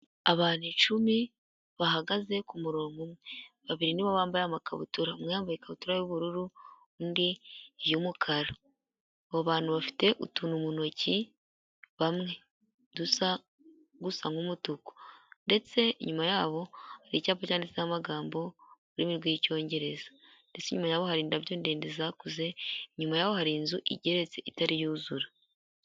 Abantu icumi bahagaze ku murongo umwe, babiri nibo bambaye amakabutura, umwe yambaye ikabutura y'ubururu undi iy'umukara, abo bantu bafite utuntu mu ntoki bamwe dusa gusa nk'umutuku ndetse inyuma yabo hari icyapa cyanditseho amagambo mu rurimi rw'icyongereza, ndetse inyuma yabo hari indabyo ndende zakuze, inyuma yabo hari inzu igeretse itari yuzura.